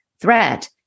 threat